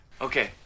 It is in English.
Okay